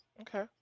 okay